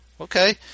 Okay